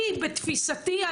לתפיסתי,